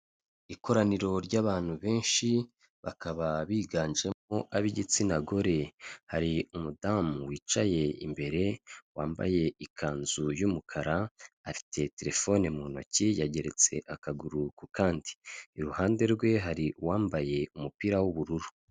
Ikoraniro ry'abantu benshi bakaba biganjemo ab'igitsina gore. Hari umudamu wicaye imbere wambaye ikanzu y'umukara afite telefone mu ntoki yageretse akaguru ku kandi, iruhande rwe hari uwambaye umupira w'ubururu.